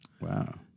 Wow